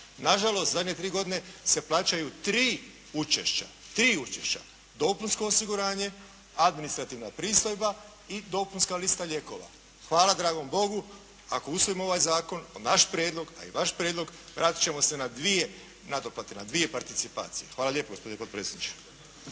Nažalost, zadnje tri godine se plaćaju tri učešća, tri učešća, dopunsko osiguranje, administrativna pristojba i dopunska lista lijekova. Hvala dragom Bogu, ako usvojimo ovaj Zakon, naš prijedlog a i vaš prijedlog, vratiti ćemo se na dvije nadoplate, na dvije participacije. Hvala lijepo gospodine potpredsjedniče.